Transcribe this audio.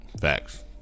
Facts